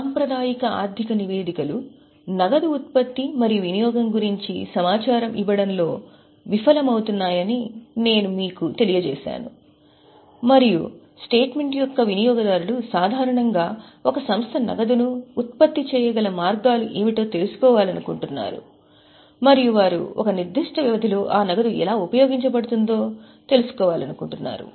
సాంప్రదాయిక ఆర్థిక నివేదికలు నగదు ఉత్పత్తి మరియు వినియోగం గురించి సమాచారం ఇవ్వడంలో విఫలమవుతున్నాయని నేను మీకు తెలియజేసాను మరియు స్టేట్మెంట్ యొక్క వినియోగదారులు సాధారణంగా ఒక సంస్థ నగదును ఉత్పత్తి చేయగల మార్గాలు ఏమిటో తెలుసుకోవాలనుకుంటున్నారు మరియు వారు ఒక నిర్దిష్ట వ్యవధిలో ఆ నగదు ఎలా ఉపయోగించబడుతుంది అని కూడా తెలుసుకోవాలనుకుంటున్నారు